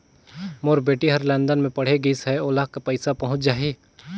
मोर बेटी हर लंदन मे पढ़े गिस हय, ओला पइसा पहुंच जाहि?